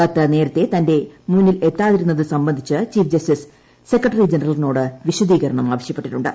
കത്ത് നേരത്തെ തന്റെ മുന്നിൽഎത്താതിരുന്നത് സംബന്ധിച്ച് ചീഫ് ജസ്റ്റിസ് സെക്രട്ടറി ജനറലിനോട് വിശദീകരണം ആവശ്യപ്പെട്ടിട്ടുണ്ട്